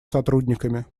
сотрудниками